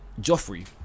Joffrey